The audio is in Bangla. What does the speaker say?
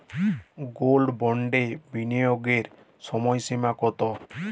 গোল্ড বন্ডে বিনিয়োগের সময়সীমা কতো?